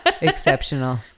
Exceptional